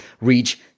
reach